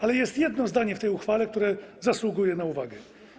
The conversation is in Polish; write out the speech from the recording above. Ale jest jedno zdanie w tej uchwale, które zasługuje na uwagę.